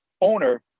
owner